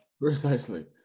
Precisely